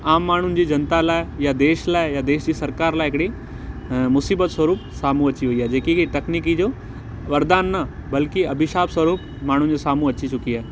आम माण्हू जी जनता लाइ या देश लाइ या देश जी सरकारु लाइ हिकिड़ी मुसीबतु स्वरूप साम्हूं अची वयी आहे जेकी तकनिकी जो वरदानु न बल्कि अभिशापु स्वरूप माण्हूनि जे साम्हूं अची चुकी आहे